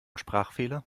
sprachfehler